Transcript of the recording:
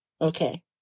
Okay